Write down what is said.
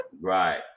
Right